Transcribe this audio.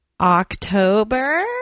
October